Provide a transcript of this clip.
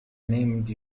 named